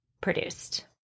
produced